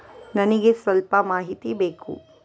ನನಿಗೆ ಸ್ವಲ್ಪ ಮಾಹಿತಿ ಬೇಕು